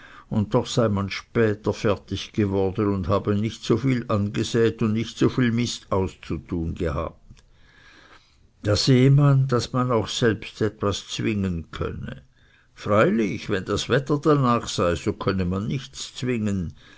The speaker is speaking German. und doch sei man später fertig geworden und habe nicht so viel angesäet und nicht so viel mist auszutun gehabt da sehe man daß man selbst auch etwas zwingen könne freilich wenn das wetter darnach sei so könne man nichts zwingen